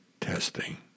testing